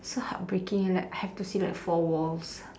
so heartbreaking like I have to see like four walls